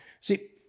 See